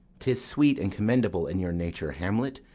tis sweet and commendable in your nature, hamlet,